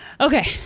Okay